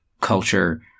culture